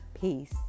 Peace